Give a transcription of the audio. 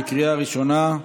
בקריאה ראשונה.